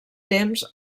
temps